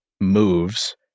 moves